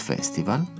Festival